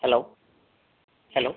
hello hello